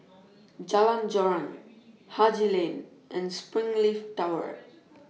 Jalan Joran Haji Lane and Springleaf Tower